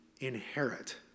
inherit